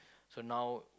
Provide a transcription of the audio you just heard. so now